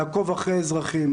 לעקוב אחרי אזרחים.